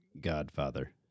Godfather